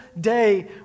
day